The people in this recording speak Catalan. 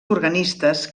organistes